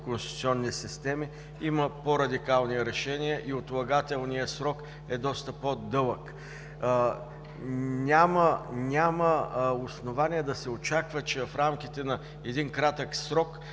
конституционни системи има по-радикални решения и отлагателният срок е доста по-дълъг. Няма основание да се очаква, че в рамките на един кратък срок